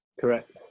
Correct